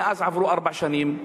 מאז עברו ארבע שנים,